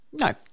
No